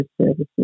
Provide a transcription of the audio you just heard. services